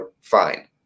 fine